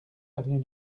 avenue